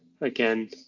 again